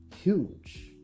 huge